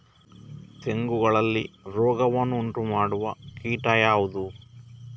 ತೆಂಗುಗಳಲ್ಲಿ ರೋಗವನ್ನು ಉಂಟುಮಾಡುವ ಕೀಟ ಯಾವುದು?